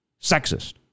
sexist